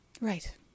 Right